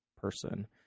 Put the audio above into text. person